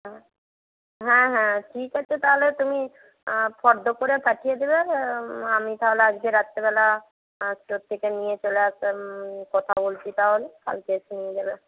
হ্যাঁ হ্যাঁ হ্যাঁ ঠিক আছে তাহলে তুমি ফর্দ করে পাঠিয়ে দেবে আমি তাহলে আজকে রাত্রিবেলা নিয়ে চলে কথা বলছি তাহলে কালকে এসে নিয়ে যাবে